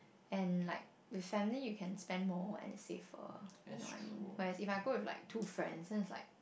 and like with family you can spend more and it's safer you know what I mean whereas if I go with two friends then it's like